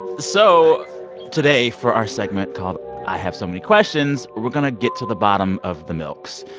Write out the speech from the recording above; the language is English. so today for our segment called i have so many questions, we're going to get to the bottom of the milks.